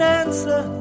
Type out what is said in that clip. answer